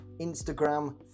Instagram